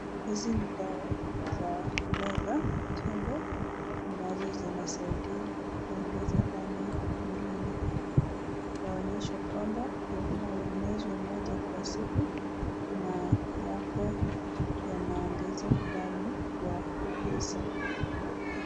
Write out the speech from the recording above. Hizi ni dawa za kumeza tembe ambazo zinazadia kuongeza damu mwilini. Inaonyeshwa kwamba yafaa yamezwa moja kwa siku na yako yanaongeza damu kwa uguzi.